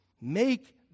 Make